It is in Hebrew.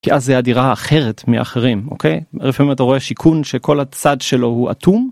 כי אז הדירה אחרת מאחרים, אוקיי? לפעמים אתה רואה שיכון שכל הצד שלו הוא אטום.